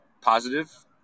positive